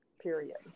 period